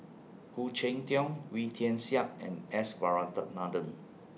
Khoo Cheng Tiong Wee Tian Siak and S Varathan